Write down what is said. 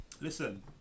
Listen